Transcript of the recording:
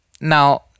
Now